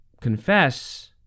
confess